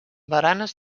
baranes